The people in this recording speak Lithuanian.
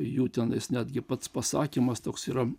jų tenais netgi pats pasakymas toks yra